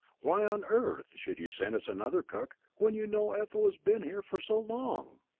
why on earth should you send us another cook when you know ethel has been here for so long?